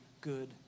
good